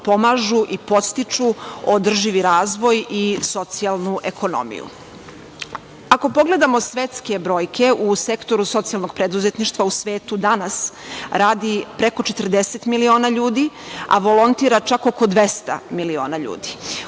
pomažu i podstiču održivi razvoj i socijalnu ekonomiju. Ako pogledamo svetske brojke u Sektoru socijalnog preduzetništva, u svetu danas radi preko 40 miliona ljudi, a volontira čak oko 200 miliona ljudi.